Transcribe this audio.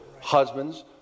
Husbands